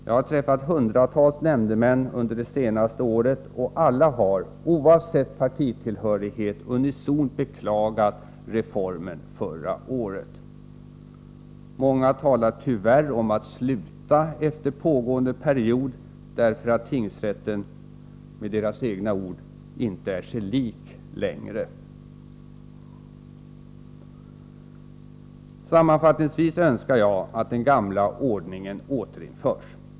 Jag har träffat hundratals nämndemän under det senaste året, och alla har, oavsett partitillhörighet, unisont beklagat reformen förra året. Många nämndemän talar tyvärr om att sluta efter pågående period därför att tingsrätten, med nämndemännens egna ord, inte är sig lik längre. Sammanfattningsvis önskar jag att den gamla ordningen återinförs.